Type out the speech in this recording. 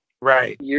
Right